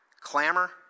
clamor